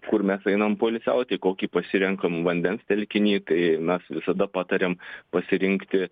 kur mes einam poilsiauti kokį pasirenkam vandens telkinį tai mes visada patariam pasirinkti